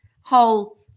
whole